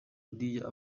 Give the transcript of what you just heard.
buriya